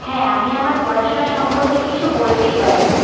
হ্যাঁ আমি আমার পড়াশোনা সম্পর্কে কিছু বলতেই পারি